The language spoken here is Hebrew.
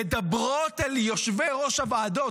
מדברות אל יושבי-ראש הוועדות,